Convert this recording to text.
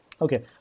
Okay